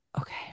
okay